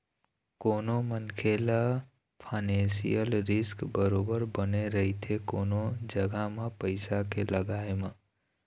कोनो मनखे ल फानेसियल रिस्क बरोबर बने रहिथे कोनो जघा म पइसा के लगाय म